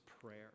prayer